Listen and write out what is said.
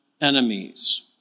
enemies